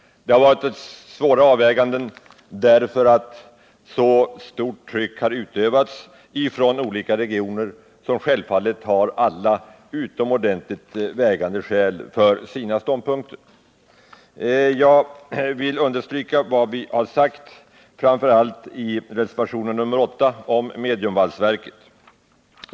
Det har varit svåra avväganden därför att så starkt tryck har utövats från olika regioner. Självfallet har alla dessa utomordentligt vägande skäl för sina ståndpunkter. Jag vill understryka vad vi har sagt framför allt i reservationen 8 om mediumvalsverket.